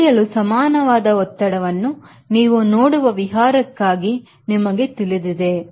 ಎಳೆಯಲು ಸಮಾನವಾದ ಒತ್ತಡವನ್ನು ನೀವು ನೋಡುವ ವಿಹಾರಕ್ಕಾಗಿ ನಿಮಗೆ ತಿಳಿದಿದೆ